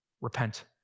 repent